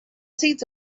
seats